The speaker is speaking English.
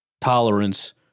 tolerance